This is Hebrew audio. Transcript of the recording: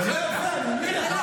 תענה לי.